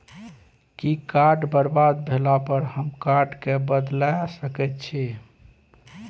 कि कार्ड बरबाद भेला पर हम कार्ड केँ बदलाए सकै छी?